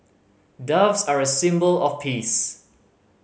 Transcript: doves are a symbol of peace